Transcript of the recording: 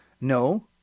No